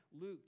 Luke